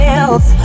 else